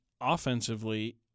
offensively